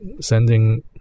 sending